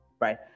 right